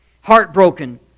heartbroken